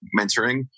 mentoring